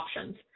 options